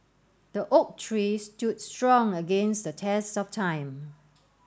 the oak tree stood strong against the test of time